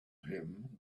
him